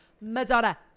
Madonna